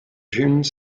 june